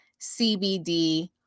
CBD